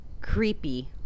Creepy